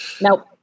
Nope